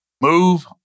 Move